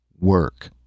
Work